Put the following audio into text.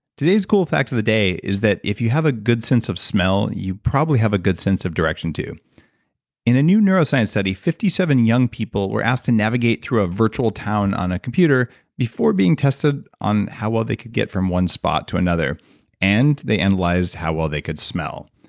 today's cool fact of the day is that if you have a good sense of smell, you probably have a good sense of direction too in a new neuroscience study, fifty seven young people were asked to navigate through a virtual town on a computer before being tested on how well they could get from one spot to another and they analyzed how well they could smell.